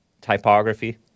Typography